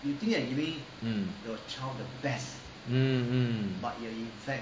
mm mm mm